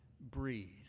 breathe